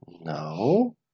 No